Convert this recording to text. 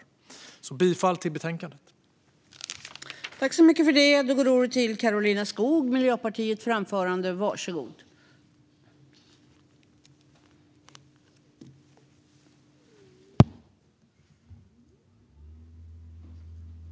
Jag yrkar bifall till utskottets förslag.